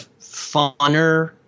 funner